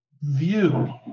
view